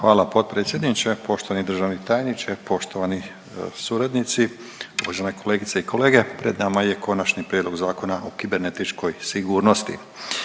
Hvala potpredsjedniče. Poštovani državni tajniče, poštovani suradnici, uvaženi kolegice i kolege. Pred nama je Konačni prijedlog Zakona o kibernetičkoj sigurnosti.